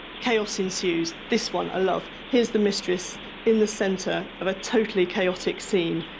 chaos ensues. this one i love. here's the mistress in the centre of a totally chaotic scene,